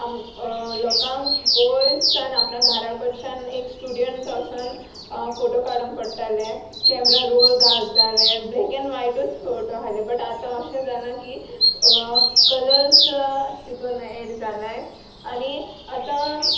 लोकांक पयस सावन आपल्या घारा कडच्यान एक स्टुडियोंत वसून फोटो काडूंक पडटालें कॅमरा रोल घालताले ब्लॅक एण्ड वायटूच फोटो आसले बट आतां अशें जालां की कलर्स तितून एड जालात आनी आतां